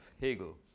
Hegel